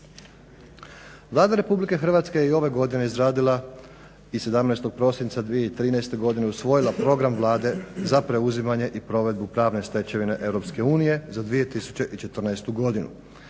Vlada RH je i ove godine izradila i 17. prosinca 2013. godine usvojila Program Vlade za preuzimanje i provedbu pravne stečevine EU za 2014. godinu.